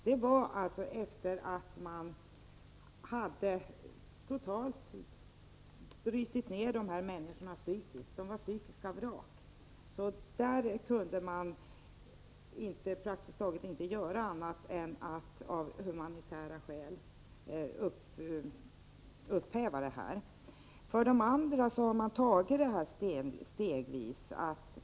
Det var efter det att man hade totalt brutit ner dessa människor psykiskt. De var psykiska vrak, och man kunde praktiskt taget inte göra annat än att av humanitära skäl upphäva tidigare beslut. För de andra har man tagit det stegvis.